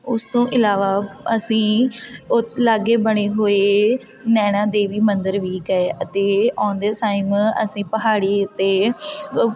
ਉਸ ਤੋਂ ਇਲਾਵਾ ਅਸੀਂ ਉਹ ਲਾਗੇ ਬਣੇ ਹੋਏ ਨੈਣਾ ਦੇਵੀ ਮੰਦਰ ਵੀ ਗਏ ਅਤੇ ਆਉਂਦੇ ਟਾਈਮ ਅਸੀਂ ਪਹਾੜੀ ਉੱਤੇ